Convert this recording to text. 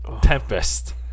Tempest